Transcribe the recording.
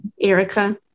Erica